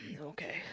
okay